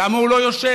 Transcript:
למה הוא לא יושב?